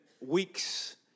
weeks